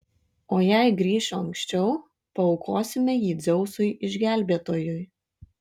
o jei grįšiu anksčiau paaukosime jį dzeusui išgelbėtojui